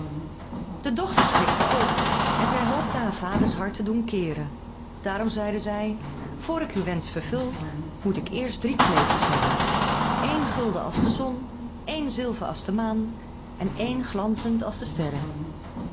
de dochter schrikte ook en zij hoopte haar vader's hart te doen keeren daarom zeide zij voor ik uw wensch vervul moet ik eerst drie kleedjes hebben één gulden als de zon één zilver als de maan en één glanzend als de sterren